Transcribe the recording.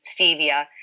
stevia